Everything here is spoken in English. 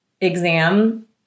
exam